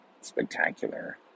spectacular